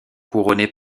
couronnées